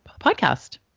podcast